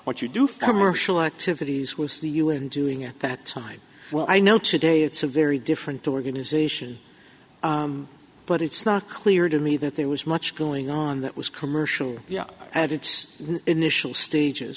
what you do for commercial activities was the u n doing at that time well i know today it's a very different organization but it's not clear to me that there was much going on that was commercial at its initial stages